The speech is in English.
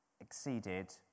exceeded